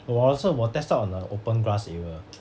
我老师 will test out on a open grass area